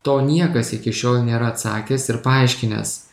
to niekas iki šiol nėra atsakęs ir paaiškinęs